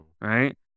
Right